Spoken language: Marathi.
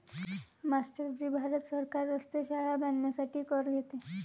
मास्टर जी भारत सरकार रस्ते, शाळा बांधण्यासाठी कर घेते